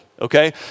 okay